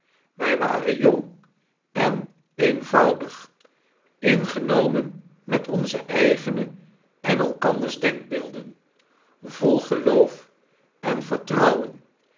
wy waren jong en eenvoudig ingenomen met onze eigene en elkanders denkbeelden vol geloof en vertrouwen